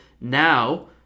now